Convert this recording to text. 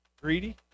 greedy